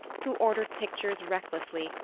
who ordered pictures recklessly,